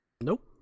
Nope